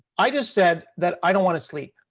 i just said that i don't want to sleep.